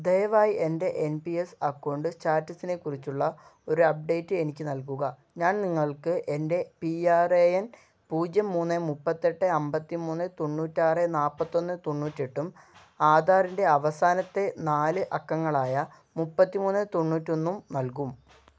ദയവായി എൻ്റെ N P S account സ്റ്റാറ്റസിനെക്കുറിച്ചുള്ള ഒരപ്ഡേറ്റ് എനിക്ക് നൽകുക ഞാൻ നിങ്ങൾക്ക് എൻ്റെ പി ആർ എ എൻ പൂജ്യം മൂന്ന് മുപ്പത്തിയെട്ട് അമ്പത്തി മൂന്ന് തൊണ്ണൂറ്റിയാറ് നാല്പത്തിയൊന്ന് തൊണ്ണൂറ്റിയെട്ടും ആധാറിൻ്റെ അവസാനത്തെ നാല് അക്കങ്ങളായ മുപ്പത്തി മൂന്ന് തൊണ്ണൂറ്റൊന്നും നൽകും